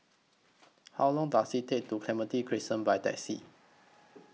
How Long Does IT Take to Clementi Crescent By Taxi